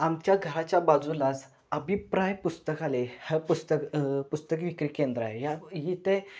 आमच्या घराच्या बाजूलाच अभिप्राय पुस्तकालय हा पुस्तक पुस्तक विक्री केंद्र आहे ह्या इथे